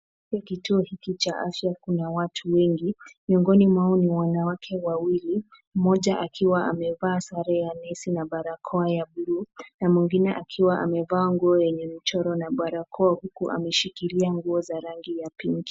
Kituo hiki cha afya, kuna watu wengi. Miongoni mwao ni wanawake wawili, mmoja akiwa amevaa sare ya nesi na barakoa ya buluu, na mwingine akiwa amevaa nguo yenye michoro na barakoa, huku ameshikilia nguo za rangi ya pinki.